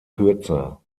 kürzer